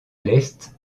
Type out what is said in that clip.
l’est